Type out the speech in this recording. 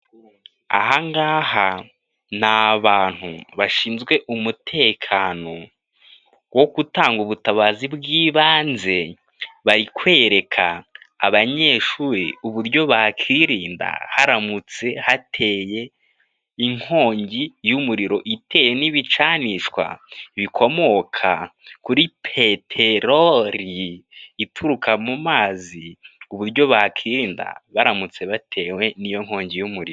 Aha ngaha ni abantu bashinzwe umutekano wo gutanga ubutabazi bw'ibanze, bari kwereka abanyeshuri uburyo bakirinda haramutse hateye inkongi y'umuriro, itewe n'ibicanishwa bikomoka kuri peteroli ituruka mu mazi, uburyo bakiri baramutse batewe n'iyo nkongi y'umuriro.